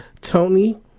Tony